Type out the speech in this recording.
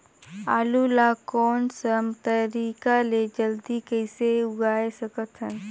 आलू ला कोन सा तरीका ले जल्दी कइसे उगाय सकथन?